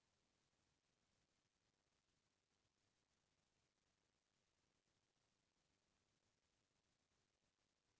बेपार बर, नउकरी बर, घूमे बर य कोनो भी बूता ले बिदेस जाना होथे त पासपोर्ट बनवाए ल परथे